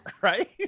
Right